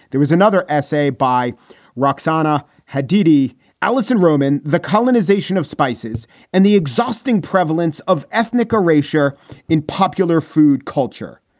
there was another essay by roxana haddadi alison rowman. the colonization of spices and the exhausting prevalence of ethnic ah or here in popular food culture.